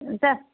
ம் சார்